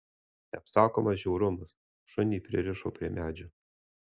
neapsakomas žiaurumas šunį pririšo prie medžio